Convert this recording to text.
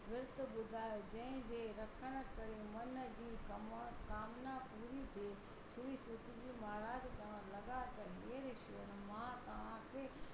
विर्तु ॿुधायो जंहिंजे रखण करे मन जी कमा कामना पूरी थिए श्री सूतजी महाराज चवण लॻा त हे ऋषिवर मां तव्हांखे